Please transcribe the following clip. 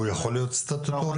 הוא יכול להיות סטטוטורי?